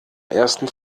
ersten